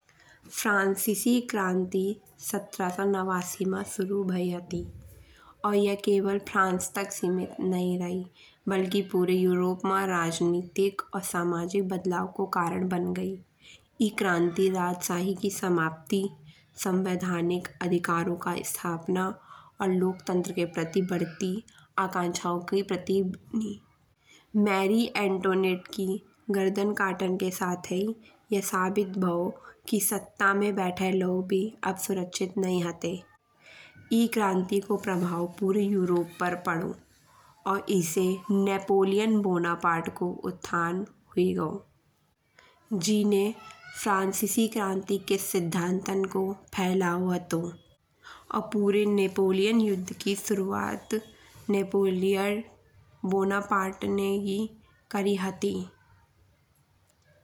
फ्रांसीसी क्रांति सत्रह सौ नवासी मा शुरू भई हती। और यह केवल फ्रांस तक सीमित नहीं रही। बल्कि पूरे यूरोप मा राजनीतिक और सामाजिक बदलाव को कारण बन गई। ई क्रांति राजशाही की समाप्ति संवैधानिक अधिकारो का स्थापना और लोकतंत्र के प्रति बढ़ती आकांक्षाओ के प्रति भी। मेरी एंटोनेट की गर्दन कटान के साथई ये साबित भओ की सत्ता में बैठे लोग भी अब सुरक्षित नहीं हते। ई क्रांति को प्रभाव पूरे यूरोप पर परो। और एसे नेपोलियन बोनापार्ट को उत्थान हुई गओ। जिने फ्रांसीसी क्रांति के सिद्धांतान को फैलाओ हातो। और पूरे नेपोलियन युद्ध की शुरूआत नेपोलियन बोनापार्ट ने ही करी हती।